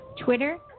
Twitter